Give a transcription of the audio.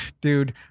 dude